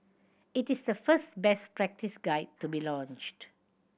it is the first best practice guide to be launched